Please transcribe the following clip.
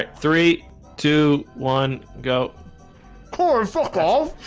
ah three two one go poor football